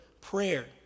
prayer